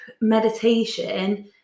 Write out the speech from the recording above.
meditation